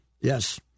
Yes